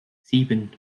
sieben